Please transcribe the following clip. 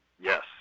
Yes